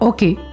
Okay